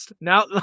Now